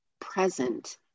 present